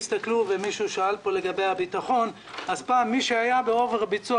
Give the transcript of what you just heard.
מישהו שאל פה לגבי הביטחון פעם מי שהיה ב-over ביצוע